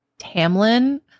Tamlin